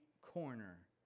corner